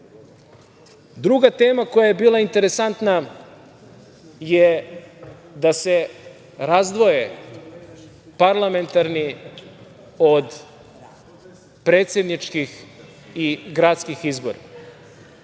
zove? Druga tema koja je bila interesantna je da se razdvoje parlamentarni od predsedničkih i gradskih izbora.